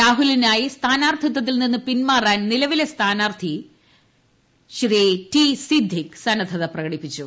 രാഹുലിനായി സ്ഥാനാർത്ഥിത്വത്തിൽ നിന്ന് പിൻമാറാൻ നിലവിലെ സ്ഥാനാർത്ഥി ടി സിദ്ദിഖ് സന്നദ്ധത പ്രകടിപ്പിച്ചു